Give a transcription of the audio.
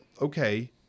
okay